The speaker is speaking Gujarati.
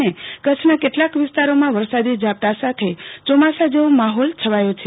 અન કચ્છના કેટલાક વિસ્તારોમાં વરસાદ વરસાદી ઝાપટાં સાથે ચોમાસા જેવો માહોલ છવાયો છે